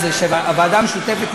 ומי לא טיפל?